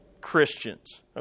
Christians